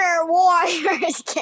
Warriors